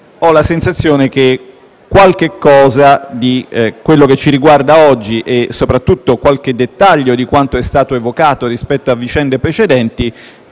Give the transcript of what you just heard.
la sensazione che qualche cosa di quello che ci riguarda oggi (soprattutto qualche dettaglio di quanto è stato evocato rispetto a vicende precedenti)